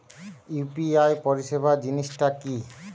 UPI পরিসেবা জিনিসটা কি?